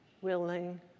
willing